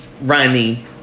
runny